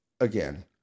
again